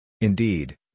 Indeed